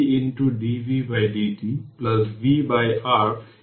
সুতরাং time constant হল τ RC